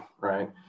right